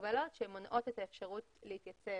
הגבלות שמונעות את האפשרות להתייצב.